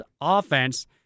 offense